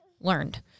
learned